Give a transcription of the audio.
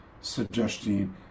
suggesting